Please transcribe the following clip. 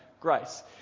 grace